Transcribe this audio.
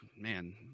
man